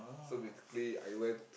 so basically I went